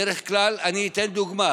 אני אתן דוגמה: